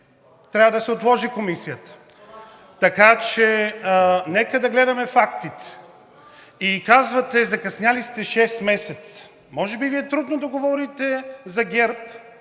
трябва да се отложи Комисията, така че нека да гледаме фактите! И казвате: закъснели сте шест месеца. Може би Ви е трудно да говорите за ГЕРБ,